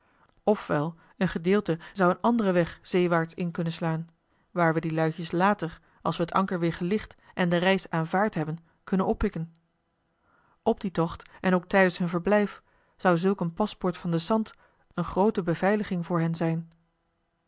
wel een gedeelte zou een anderen weg zeewaarts in kunnen slaan waar we die luitjes later als we t anker weer gelicht en de reis aanvaard hebben kunnen oppikken op dien tocht en ook tijdens hun verblijf zou zulk een paspoort van den sant een groote beveiliging voor hen zijn